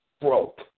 broke